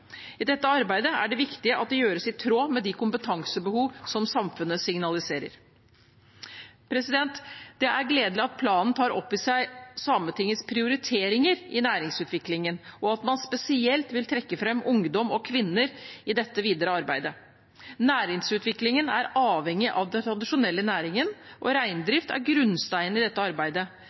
I dette arbeidet er det viktig at det gjøres i tråd med de kompetansebehov som samfunnet signaliserer. Det er gledelig at meldingen tar opp i seg Sametingets prioriteringer i næringsutviklingen, og at man spesielt vil trekke fram ungdom og kvinner i det videre arbeidet. Næringsutviklingen er avhengig av de tradisjonelle næringene, og reindrift er grunnsteinen i dette arbeidet,